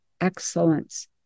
excellence